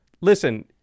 Listen